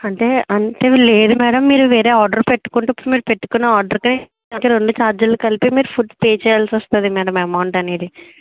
అంటే అంటే లేదు మేడం మీరు వేరే ఆర్డర్ పెట్టుకుంటే ఇప్పుడు మీరు పెట్టుకున్న ఆర్డర్ర్కి రెండు చార్జీలు కలిపి మీరు ఫుడ్ పే చేయాల్సి వస్తుంది మేడం ఎమౌంట్ అనేది